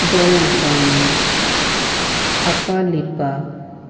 दोळ्यांक बांदून आपा लिपा